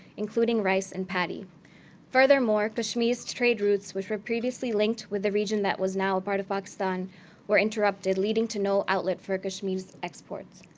including rice and furthermore, kashmir's trade routes, which were previously linked with a region that was now ah part of pakistan, were interrupted, leading to no outlet for kashmir's exports.